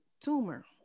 tumor